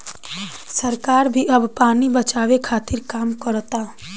सरकार भी अब पानी बचावे के खातिर काम करता